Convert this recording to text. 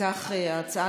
אם כך, ההצעה